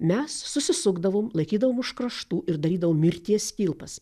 mes susisukdavom laikydavom už kraštų ir darydavom mirties kilpas